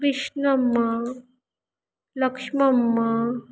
Krishnamma Lakshmamma